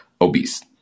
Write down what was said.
obese